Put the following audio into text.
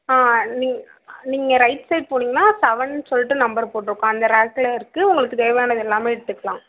ஆ நீங்க நீங்கள் right side போனிங்கன்னா செவன் சொல்லிட்டு நம்பர் போட்டுருக்கும் அந்த ரேக்கில் இருக்கு உங்களுக்கு தேவையானது எல்லாமே எடுத்துக்கலாம்